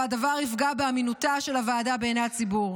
והדבר יפגע באמינותה של הוועדה בעיני הציבור.